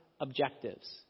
objectives